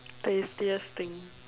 tastiest thing